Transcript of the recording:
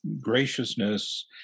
graciousness